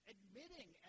Admitting